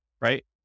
right